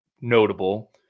Notable